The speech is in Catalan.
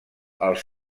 els